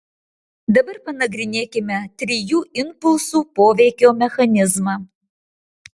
dabar panagrinėkime trijų impulsų poveikio mechanizmą